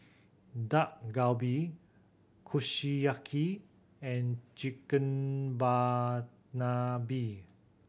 Dak Galbi Kushiyaki and